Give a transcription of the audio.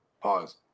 Pause